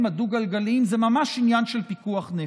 הדו-גלגליים זה ממש עניין של פיקוח נפש,